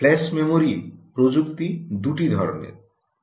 flash memory প্রযুক্তি দুটি ধরণের